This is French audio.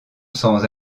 sans